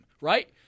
right